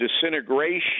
disintegration